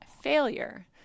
failure